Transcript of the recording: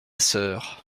sœur